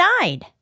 died